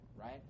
right